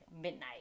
midnight